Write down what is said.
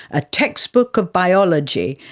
a textbook of biology,